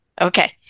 Okay